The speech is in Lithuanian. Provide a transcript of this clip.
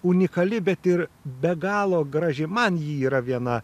unikali bet ir be galo graži man ji yra viena